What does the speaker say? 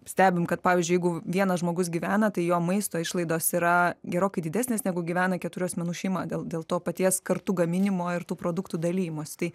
stebim kad pavyzdžiui jeigu vienas žmogus gyvena tai jo maisto išlaidos yra gerokai didesnės negu gyvena keturių asmenų šeima dėl dėl to paties kartu gaminimo ir tų produktų dalijimosi tai